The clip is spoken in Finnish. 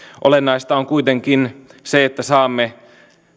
olennaista on kuitenkin se että saamme